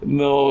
no